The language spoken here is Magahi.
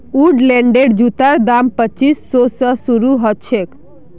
वुडलैंडेर जूतार दाम पच्चीस सौ स शुरू ह छेक